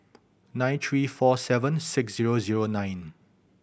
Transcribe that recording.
nine three four seven six zero zero nine